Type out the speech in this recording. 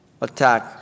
attack